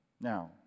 Now